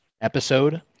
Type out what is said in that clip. episode